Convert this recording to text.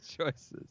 choices